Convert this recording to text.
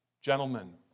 gentlemen